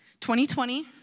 2020